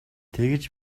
тэгж